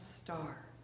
Star